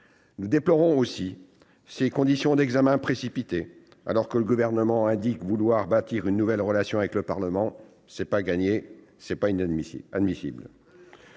Nous déplorons aussi des conditions d'examen précipitées. Le Gouvernement indique vouloir bâtir une nouvelle relation avec le Parlement ; ce n'est pas gagné ! Et ce n'est pas admissible